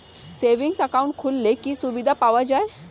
Savings account খুললে কি সুবিধা পাওয়া যায়?